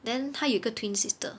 then 他有一个 twin sister